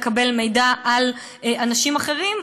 לקבל מידע על אנשים אחרים,